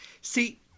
See